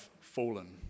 fallen